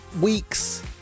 weeks